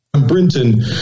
Brinton